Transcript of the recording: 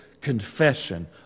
confession